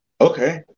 Okay